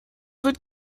wird